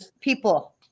people